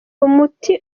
umuti